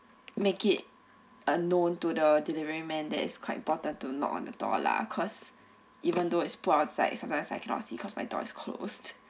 make it a known to the delivery man that is quite important to knock on the door lah cause even though it's put outside sometimes I cannot see cause my door is closed